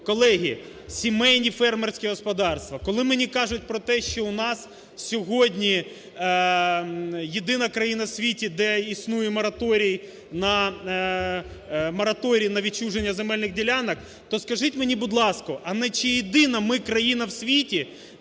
Колеги, сімейні фермерські господарства. Коли мені кажуть про те, що у нас сьогодні єдина країна в світі, де існує мораторій на відчуження земельних ділянок, то скажіть мені, будь ласка, а не чи єдина ми країна в світі,